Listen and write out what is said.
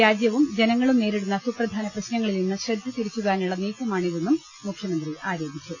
രാജ്യവും ജനങ്ങളും നേരിടുന്ന സുപ്രധാന പ്രശ്നങ്ങളിൽ നിന്ന് ശ്രദ്ധ തിരിച്ചുവിടാനുള്ള നീക്കമാണിതെന്നും മുഖ്യമന്ത്രി ആരോ പിച്ചു